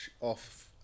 off